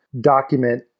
document